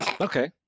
Okay